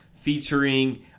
featuring